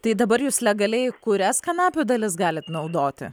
tai dabar jūs legaliai kurias kanapių dalis galit naudoti